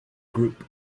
group